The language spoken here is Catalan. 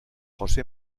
josé